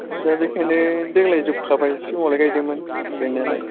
दा बेखायनो देग्लाय जोबखाबाय सिगाङावलाय गायदोमोन गायनायालाय